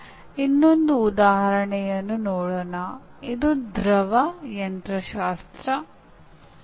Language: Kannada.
ಯಾವುದೇ ನಿರ್ದಿಷ್ಟ ವಿಭಾಗದಲ್ಲಿ ನಾವು ಮಾಡುವ ಸಂಶೋಧನೆಗಳು ಪ್ರಧಾನವಾಗಿ ವಿವರಣಾ ಶಾಸ್ತ್ರ ಆಗಿದೆ